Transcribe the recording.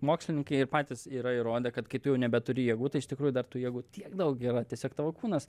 mokslininkai ir patys yra įrodę kad kai tu jau nebeturi jėgų tai iš tikrųjų dar tų jėgų tiek daug yra tiesiog tavo kūnas